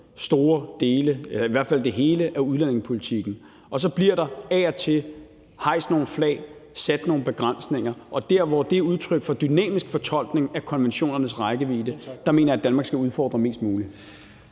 os selv, der beslutter hele udlændingepolitikken. Så bliver der af og til hejst nogle flag og sat nogle begrænsninger, og der, hvor det er udtryk for en dynamisk fortolkning af konventionernes rækkevidde, mener jeg, at Danmark skal udfordre det mest muligt.